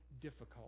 difficult